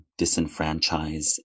disenfranchise